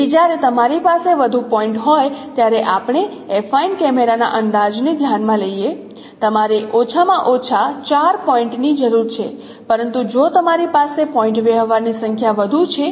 તેથી જ્યારે તમારી પાસે વધુ પોઇન્ટ હોય ત્યારે આપણે એફાઇન કેમેરાના અંદાજને ધ્યાનમાં લઈએ તમારે ઓછામાં ઓછા 4 પોઇન્ટની જરૂર છે પરંતુ જો તમારી પાસે પોઇન્ટ વ્યવહારની સંખ્યા વધુ છે